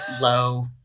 low